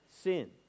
sin